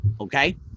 okay